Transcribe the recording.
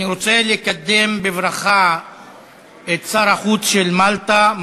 אני רוצה לקדם בברכה את שר החוץ של מלטה,